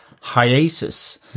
hiatus